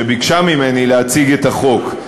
שביקשה ממני להציג את החוק,